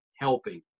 helping